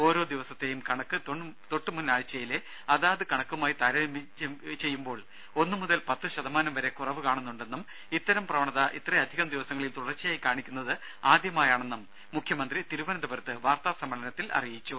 ഓരോ ദിവസത്തെയും കണക്ക് തൊട്ട് മുൻ ആഴ്ചയിലെ അതാത് കണക്കുമായി താരതമ്യം ചെയ്യുമ്പോൾ ഒന്നു മുതൽ പത്തുശതമാനം വരെ കുറവ് കാണുന്നുണ്ടെന്നും ഇത്തരം പ്രവണത ഇത്രയധികം ദിവസങ്ങളിൽ തുടർച്ചയായി കാണിക്കുന്നത് ആദ്യമായാണെന്നും മുഖ്യമന്ത്രി തിരുവനന്തപുരത്ത് വാർത്താ സമ്മേളനത്തിൽ അറിയിച്ചു